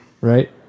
Right